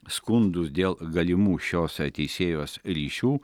skundus dėl galimų šios teisėjos ryšių